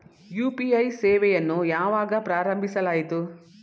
UPI ಸೇವೆಯನ್ನು ಯಾವಾಗ ಪ್ರಾರಂಭಿಸಲಾಯಿತು?